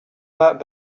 that